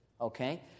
okay